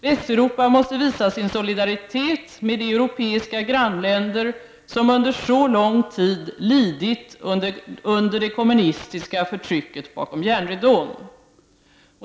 Västeuropa måste visa sin solidaritet med de europeiska grannländer som under så lång tid lidit under det kommunistiska förtrycket bakom järnridån.